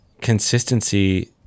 consistency